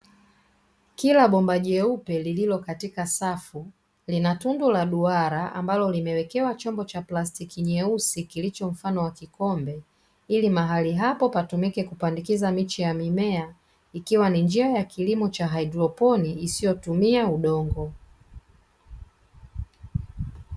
Kila bomba jeupe lililo katika safu lina tundu la duara ambalo limewekewa chombo cha plastiki nyeusi kilicho mfano wa kikombe, ili mahali hapo patumike kupandikiza miche ya mimea ikiwa ni njia ya kilimo cha haidroponi isiyotumia udongo.